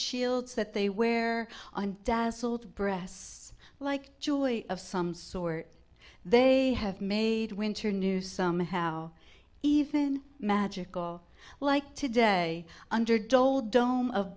shields that they wear on dazzled breasts like joy of some sort they have made winter new somehow even magical like today under dole dome of